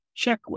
checklist